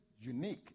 unique